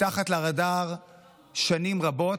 מתחת לרדאר שנים רבות.